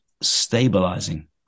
stabilizing